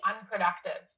unproductive